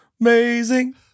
amazing